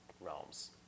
realms